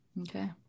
Okay